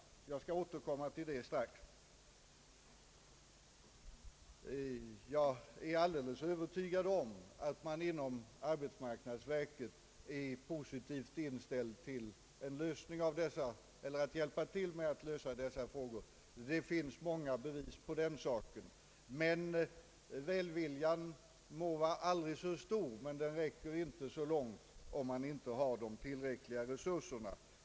Jag är övertygad om att man inom arbetsmarknadsverket är positivt inställd till att hjälpa till att lösa dessa frågor. Det finns många bevis på den saken. Men välviljan må vara aldrig så stor, den räcker ändå inte långt om det inte finns tillräckliga resurser.